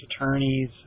attorneys